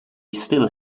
still